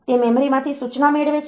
તે મેમરીમાંથી સૂચના મેળવે છે